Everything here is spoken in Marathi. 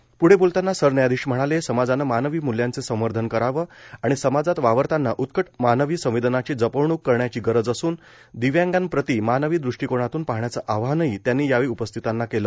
प्ढे बोलताना सरन्यायाधीश म्हणाले समाजानं मानवी मूल्यांचे संवर्धन करावं आणि समाजात वावरताना उत्कट मानवी संवेदनाची जपवणूक करण्याची गरज असून दिव्यांगांप्रती मानवी दृष्टिकोनातून पाहण्याच आवाहनही त्यांनी यावेळी उपस्थितांना केलं